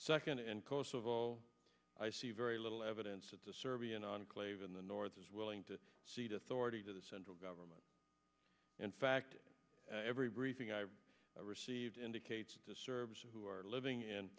second in kosovo i see very little evidence that the serbian enclave in the north is willing to cede authority to the central government in fact every briefing i've received indicates that the services who are living in